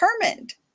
determined